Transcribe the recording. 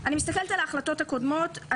אני מסתכלת על ההחלטות הקודמות.